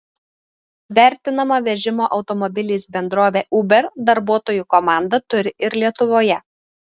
vertinama vežimo automobiliais bendrovė uber darbuotojų komandą turi ir lietuvoje